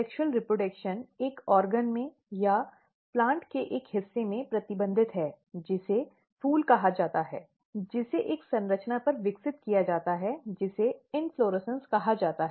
sexual reproduction एक अंग में या प्लांट के एक हिस्से में प्रतिबंधित है जिसे फूल कहा जाता है जिसे एक संरचना पर विकसित किया जाता है जिसे इन्फ्लोरेसन्स कहा जाता है